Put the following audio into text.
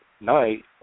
night